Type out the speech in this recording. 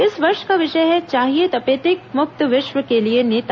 इस वर्ष का विषय है चाहिए तपेदिक मुक्त विश्व के लिए नेता